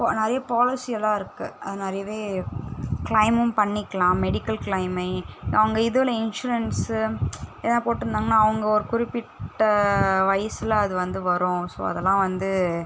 பா நிறைய பாலிசி எல்லாம் இருக்கும் நிறையவே க்ளைமும் பண்ணிக்கலாம் மெடிக்கல் க்ளைமே அவங்க இதில் இன்ஷுரன்ஸு எதனால் போட்டிருந்தாங்கன்னா அவங்க ஒரு குறிப்பிட்ட வயசில் அது வந்து வரும் ஸோ அதெல்லாம் வந்து